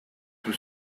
was